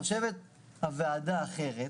חושבת הוועדה האחרת,